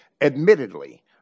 Admittedly